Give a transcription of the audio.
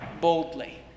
boldly